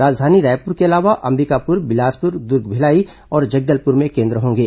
राजधानी रायपुर के अलावा अंबिकापुर बिलासपुर दुर्ग भिलाई और जगदलपुर में केन्द्र होंगे